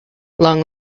long